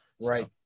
Right